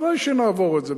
ודאי שנעבור את זה,